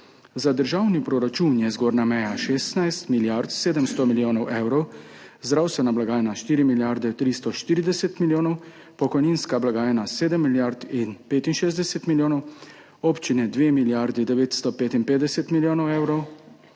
Za državni proračun je zgornja meja 16 milijard 700 milijonov evrov, zdravstvena blagajna 4 milijarde 340 milijonov, pokojninska blagajna 7 milijard in 65 milijonov, občine 2 milijardi 955 milijonov evrov,